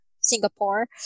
Singapore